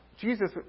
Jesus